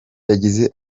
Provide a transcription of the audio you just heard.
yagize